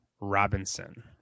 Robinson